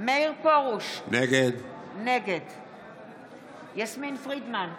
מאיר פרוש, נגד יסמין פרידמן,